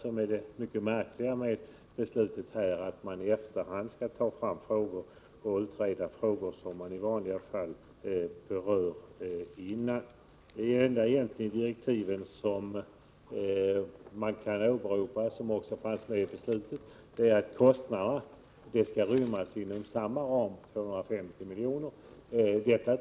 Frågor som i vanliga fall utreds före beslutet skall här utredas i efterhand. Det enda som åberopas i direktiven och som fanns med vid beslutet är att kostnaderna skall rymmas inom samma ram, 250 miljoner.